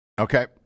Okay